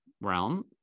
realm